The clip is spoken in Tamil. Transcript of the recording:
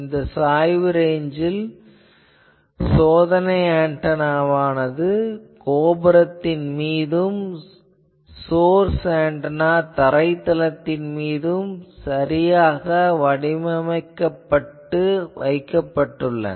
இந்த சாய்வு ரேஞ்சில் சோதனை ஆன்டெனாவானது கோபுரத்தின் மீதும் சோர்ஸ் ஆன்டெனா தரைத் தளத்தின் மீதும் சரியாக வடிவமைக்கப்பட்டு வைக்கப்படுள்ளன